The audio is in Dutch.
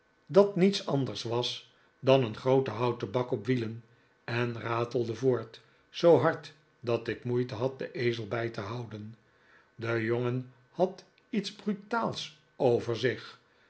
dat niets anders was dan een groote houten bak op wielen en ratelde voort zoo hard dat ik moeite had den ezel bij te houden die jongen had iets brutaals